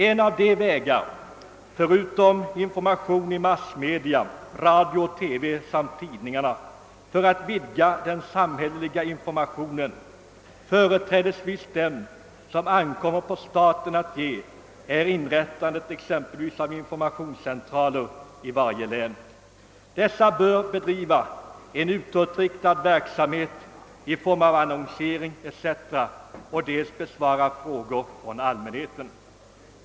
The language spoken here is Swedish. En av de vägar, förutom information i massmedia — radio-TV samt tidningarna — för att vidga den samhälleliga informationen, företrädesvis den som ankommer på staten, är inrättande exempelvis av informationscentraler i varje län. Dessa bör bedriva en utåtriktad verksamhet i form av annonsering etc. samt besvara frågor från allmänheten.